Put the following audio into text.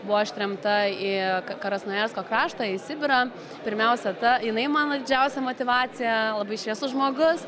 buvo ištremta į krasnojarsko kraštą į sibirą pirmiausia ta jinai man didžiausia motyvacija labai šviesus žmogus